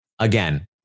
Again